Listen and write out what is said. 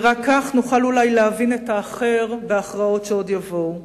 ורק כך נוכל אולי להבין את האחר בהכרעות שעוד יבואו.